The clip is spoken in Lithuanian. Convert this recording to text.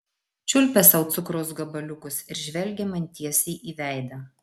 čiulpė sau cukraus gabaliukus ir žvelgė man tiesiai į veidą